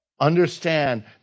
Understand